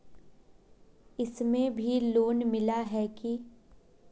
इसमें भी लोन मिला है की